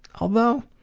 although,